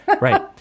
Right